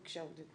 בבקשה, עודד.